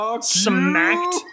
smacked